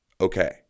Okay